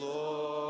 Lord